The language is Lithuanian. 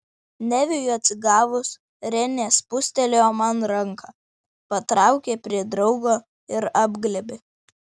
neviui atsigavus renė spustelėjo man ranką patraukė prie draugo ir apglėbė